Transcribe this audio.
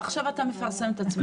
עכשיו אתה מפרסם את עצמך.